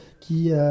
qui